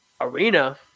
arena